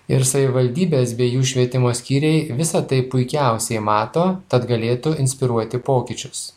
ir savivaldybės bei jų švietimo skyriai visa tai puikiausiai mato tad galėtų inspiruoti pokyčius